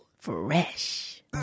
Fresh